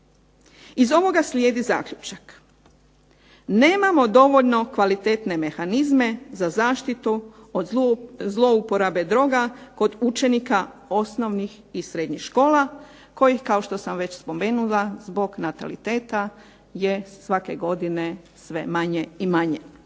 Iz ovoga slijedi zaključak, nemamo dovoljno kvalitetne mehanizme za zaštitu od zlouporabe droga kod učenika osnovnih i srednjih škola kojih kao što sam već spomenula zbog nataliteta je svake godine sve manje i manje.